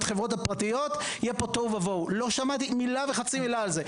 החברות הפרטיות יהיה פה תוהו ובוהו לא שמעתי על זה מילה וחצי מילה.